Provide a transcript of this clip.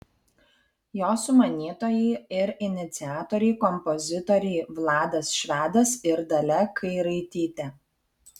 jo sumanytojai ir iniciatoriai kompozitoriai vladas švedas ir dalia kairaitytė